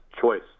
choice